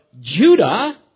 Judah